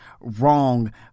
wrong